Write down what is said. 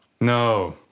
No